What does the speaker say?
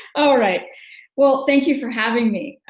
alright well thank you for having me,